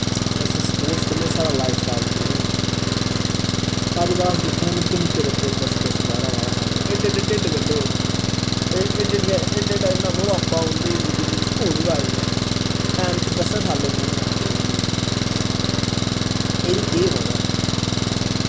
इस स्पोर्टस कन्नै साढ़ा लाईफ स्टाईल चेंज होई जंदा अजकल अस दिक्खने निक्के निक्के बच्चे दस्सें दस्सें सालें दे एह्डे एह्डे ढिड्ड कड्ढे दे उ'नें एड्डा एड्डा मटापा उं'दी जिन्दगी च हून गै आई दा ऐनक दस्सें सालें त उ'नें गी ऐनक लगी दी एह्दी केह् बजह् ऐ